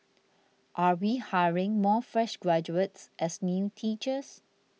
are we hiring more fresh graduates as new teachers